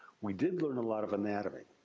we did learn a lot of anatomy.